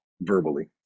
verbally